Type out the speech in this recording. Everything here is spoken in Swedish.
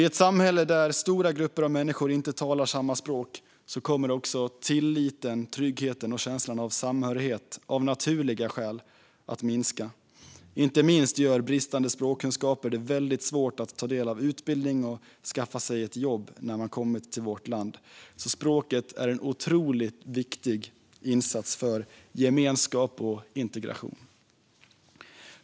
I ett samhälle där stora grupper av människor inte talar samma språk kommer tilliten, tryggheten och känslan av samhörighet av naturliga skäl att minska. Inte minst gör bristande språkkunskaper det väldigt svårt att ta del av utbildning och att skaffa sig ett jobb när man kommit till vårt land. Språket är en otroligt viktig faktor för gemenskap och integration.